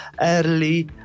early